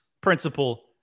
principle